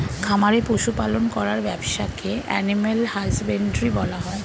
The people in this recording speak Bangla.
খামারে পশু পালন করার ব্যবসাকে অ্যানিমাল হাজবেন্ড্রী বলা হয়